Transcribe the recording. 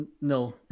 no